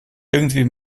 irgendwie